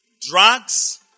drugs